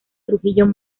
trujillo